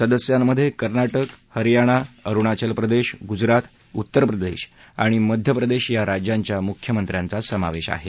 सदस्यांमधे कर्नाटक हरयाना अरुणाचल प्रदेश गुजरात उत्तर प्रदेश आणि मध्य प्रदेश या राज्यांच्या मुख्यमंत्र्यांचा समावेश आहे